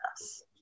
yes